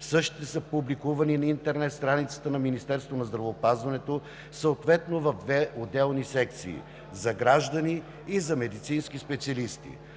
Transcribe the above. Същите са публикувани на интернет страницата на Министерството на здравеопазването, съответно в две отделни секции – за граждани и за медицински специалисти.